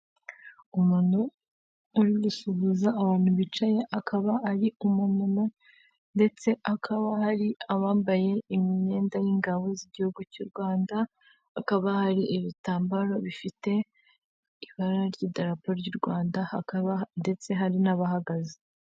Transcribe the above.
Umuntu uri gusuhuza abantu bicaye akaba ari umumama ndetse hakaba hari abambaye imyenda y'ingabo z'igihugu cy'u Rwanda, hakaba hari ibitambaro bifite ibara ry'idarapo ry'u Rwanda, hakaba ndetse hari n'abahagaze.